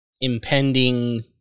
impending